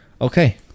okay